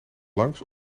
langs